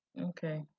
okay